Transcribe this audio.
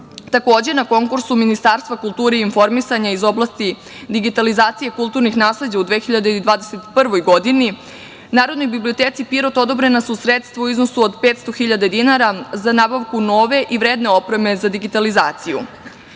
Takođe, na konkursu Ministarstva kulture i informisanja iz oblasti digitalizacije kulturnih nasleđa u 2021. godini Narodnoj biblioteci Pirot odobrena su sredstva u iznosu od 500.000 dinara za nabavku nove i vredne opreme za digitalizaciju. Vaša